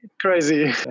crazy